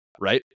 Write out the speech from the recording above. right